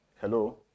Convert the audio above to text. Hello